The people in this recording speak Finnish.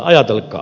ajatelkaa